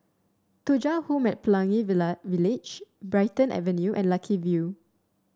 Thuja Home at Pelangi Village Brighton Avenue and Lucky View